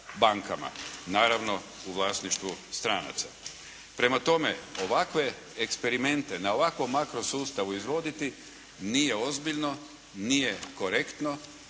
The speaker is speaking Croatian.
bankama, naravno u vlasništvu stranaca. Prema tome ovakve eksperimente na ovakvom makro sustavu izvoditi nije ozbiljno, nije korektno,